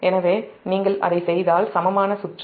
எனவே நீங்கள் அதை செய்தால் சமமான சுற்று